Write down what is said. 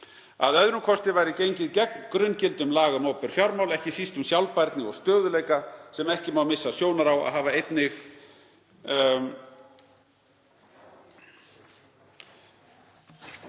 Að öðrum kosti væri gengið gegn grunngildum laga um opinber fjármál, ekki síst um sjálfbærni og stöðugleika, sem ekki má missa sjónar á að hafa einnig